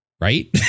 right